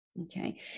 Okay